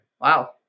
Wow